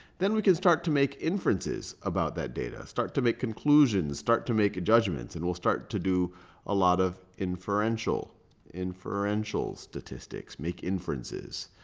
then we can start to make inferences about that data, start to make conclusions, start to make judgments. and we'll start to do a lot of inferential inferential statistics, make inferences.